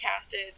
casted